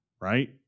right